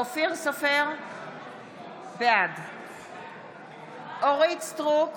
אינו נוכח אורית מלכה סטרוק,